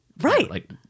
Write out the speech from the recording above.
right